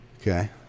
Okay